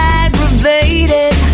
aggravated